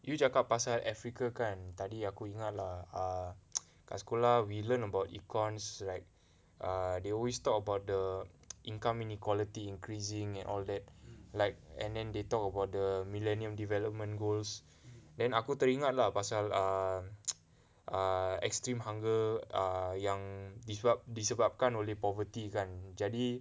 you cakap pasal africa kan tadi aku ingat lah err kat sekolah we learn about econs right err they always talk about the income inequality increasing and all that like and then they talk about the millennium development goals then aku teringat lah pasal err err extreme hunger err yang disrupt disebabkan oleh poverty kan jadi